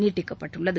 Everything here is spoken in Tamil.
நீட்டிக்கப்பட்டுள்ளது